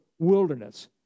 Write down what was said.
wilderness